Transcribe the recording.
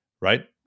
right